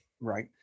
Right